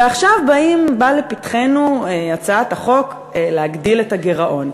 ועכשיו באה לפתחנו הצעת החוק להגדיל את הגירעון.